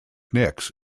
knicks